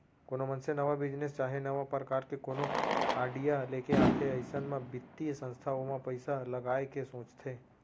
कोनो मनसे नवा बिजनेस चाहे नवा परकार के कोनो आडिया लेके आथे अइसन म बित्तीय संस्था ओमा पइसा लगाय के सोचथे